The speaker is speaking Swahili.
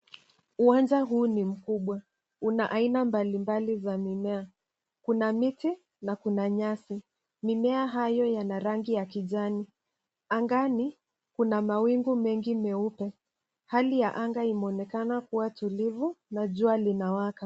Uwanja huu ni mkubwa. Una aina mbalimbali za mimea. Kuna miti na kuna nyasi. Mimea hayo yana rangi ya kijani. Angani, kuna mawingu mengi meupe. Hali ya anga imeonekana kuwa tulivu na jua linawaka.